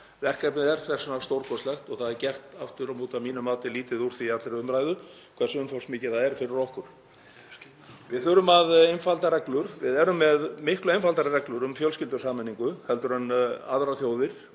Verkefnið er þess vegna stórkostlegt en það er aftur á móti gert að mínu mati lítið úr því í allri umræðu hversu umfangsmikið það er fyrir okkur. Við þurfum að einfalda reglur. Við erum með miklu einfaldari reglur um fjölskyldusameiningu heldur en aðrar þjóðir